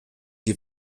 die